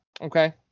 Okay